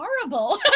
horrible